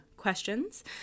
questions